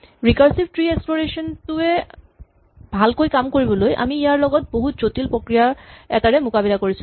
recursive tree exploration টো ৱে ভালকৈ কাম কৰিবলৈ আমি ইয়াৰ লগত বহুত জটিল প্ৰক্ৰিয়া এটাৰে মোকাবিলা কৰিছিলো